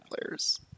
players